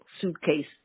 suitcase